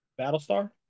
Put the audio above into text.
Battlestar